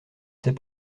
sais